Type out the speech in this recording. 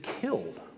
killed